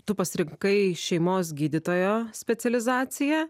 tu pasirinkai šeimos gydytojo specializaciją